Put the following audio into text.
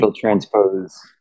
transpose